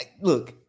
look